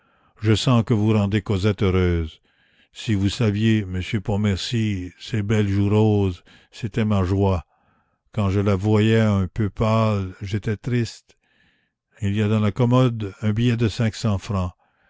je sens que vous rendez cosette heureuse si vous saviez monsieur pontmercy ses belles joues roses c'était ma joie quand je la voyais un peu pâle j'étais triste il y a dans la commode un billet de cinq cents francs